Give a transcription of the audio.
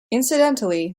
incidentally